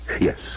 Yes